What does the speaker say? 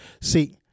See